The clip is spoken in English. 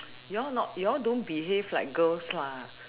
you all not you all don't behave like girls lah